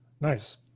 Nice